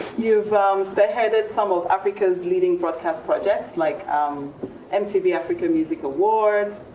you've spearheaded some of africa's leading broadcast projects like um mtv africa music awards,